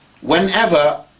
whenever